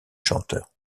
chanteur